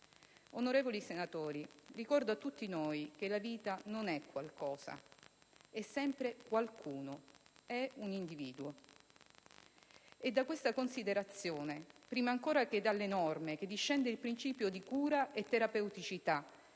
Onorevoli senatori, ricordo a tutti noi che la vita non è qualcosa. È sempre qualcuno, è un individuo! È da questa considerazione, prima ancora che dalle norme, che discende il principio di cura e terapeuticità,